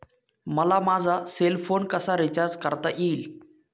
मला माझा cell phone कसा रिचार्ज करता येईल?